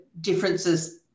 differences